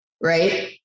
Right